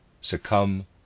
succumb